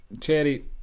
Cherry